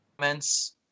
comments